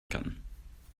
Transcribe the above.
kann